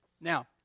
Now